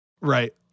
Right